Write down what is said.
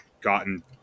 gotten